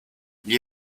gli